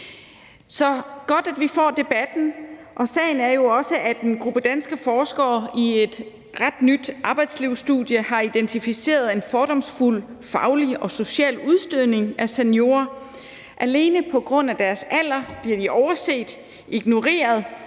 er godt, at vi får debatten. Sagen er jo også, at en gruppe danske forskere i et ret nyt arbejdslivsstudie har identificeret en fordomsfuld faglig og social udstødning af seniorer. Alene på grund af deres alder bliver de overset, ignoreret,